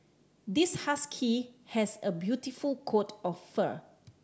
this husky has a beautiful coat of fur